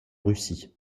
russie